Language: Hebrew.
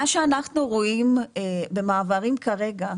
מה שאנחנו רואים במעברים כרגע,